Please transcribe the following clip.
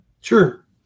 Sure